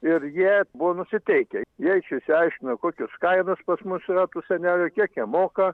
ir jie buvo nusiteikę jie išsiaiškino kokios kainos pas mus yra tų senelių kiek jie moka